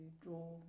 draw